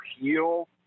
heal